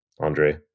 Andre